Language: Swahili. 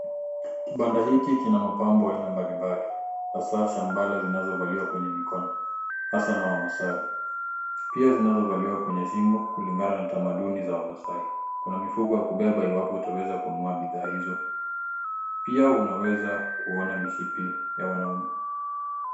Kibanda hiki kina mabambo aina mbalimbali hasaa shambala zinazovaliwa kwenye mikono hasa na wamaasai, pia zinazovaliwa kwenye shingo kulingana na tamaduni za wamaasai ,kuna mifuko ya kubeba iwapo utaweza kununua bidhaa hizo pia unaweza kuona mishipi ya wanaume.